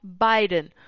Biden